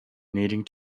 needing